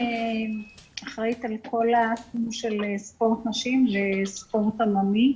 אחראית על כל התחום של ספורט נשים וספורט עממי,